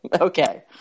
Okay